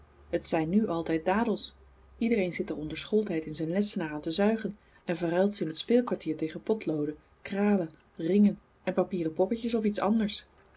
het zijn nu altijd dadels iedereen zit er onder schooltijd in zijn lessenaar aan te zuigen en verruilt ze in het speelkwartier tegen potlooden kralen ringen en papieren poppetjes of iets anders